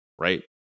right